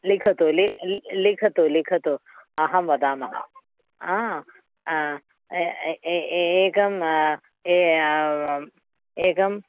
लिखतु लि ल् लिखतु लिखतु अहं वदामः आ एकम् एकम्